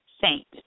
saint